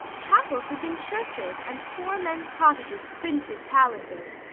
chapels had been churches, and poor men's cottages princes' palaces.